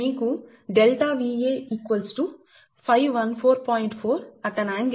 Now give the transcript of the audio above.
మీకు ∆Va 514